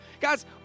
Guys